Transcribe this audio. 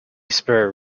spur